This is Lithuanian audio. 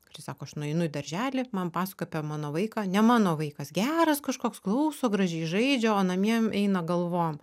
ir sako aš nueinu į darželį man pasakoja apie mano vaiką ne mano vaikas geras kažkoks klauso gražiai žaidžia o namie eina galvom